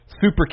Super